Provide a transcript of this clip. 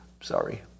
Sorry